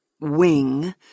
wing